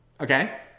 Okay